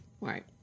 Right